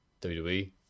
WWE